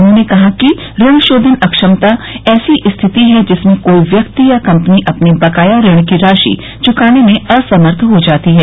उन्होंने कहा कि ऋण शोधन अक्षमता ऐसी स्थिति है जिसमें कोई व्यक्ति या कंपनी अपने बकाया ऋण की राशि चुकाने में असमर्थ हो जाती है